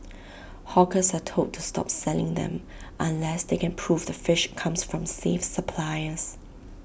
hawkers are told to stop selling them unless they can prove the fish comes from safe suppliers